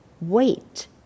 Wait